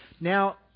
Now